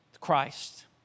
Christ